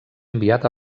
enviat